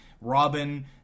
Robin